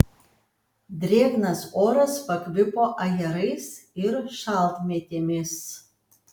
drėgnas oras pakvipo ajerais ir šaltmėtėmis